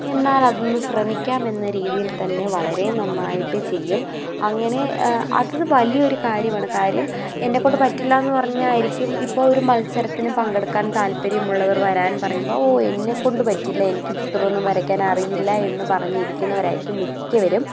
എന്നാൽ അതൊന്ന് ശ്രമിക്കാം എന്ന രീതിയിൽ തന്നെ വളരെ നന്നായിട്ട് ചെയ്യും അങ്ങനെ അത് വലിയൊരു കാര്യമാണ് കാര്യം എന്നെക്കൊണ്ട് പറ്റില്ല എന്ന് പറഞ്ഞായിരിക്കും ഇപ്പോൾ ഒരു മത്സരത്തിന് പങ്കെടുക്കാൻ താത്പര്യമുള്ളവർ വരാൻ പറയുമ്പോൾ ഓഹ് എന്നെക്കൊണ്ട് പറ്റില്ലാ എനിക്ക് ചിത്രമൊന്നും വരക്കാൻ അറിയില്ല എന്ന് പറഞ്ഞ് ഇരിക്കുന്നവരായിരിക്കും മിക്കവരും